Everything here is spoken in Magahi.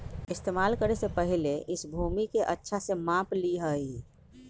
इस्तेमाल करे से पहले इस भूमि के अच्छा से माप ली यहीं